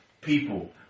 people